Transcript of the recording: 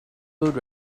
mood